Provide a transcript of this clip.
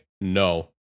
No